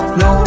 no